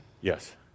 Yes